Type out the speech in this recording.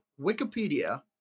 Wikipedia